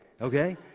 Okay